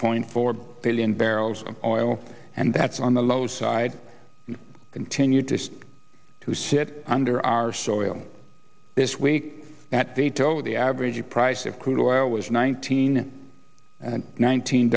point four billion barrels of oil and that's on the low side continued to to sit under our soil this week that they tow the average price of crude oil was nineteen